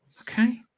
Okay